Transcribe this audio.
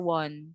one